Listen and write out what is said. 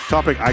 Topic